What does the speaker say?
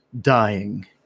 dying